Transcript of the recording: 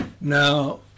now